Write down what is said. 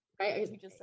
Right